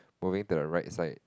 moving to the right side